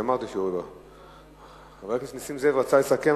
חבר הכנסת נסים זאב רצה לסכם,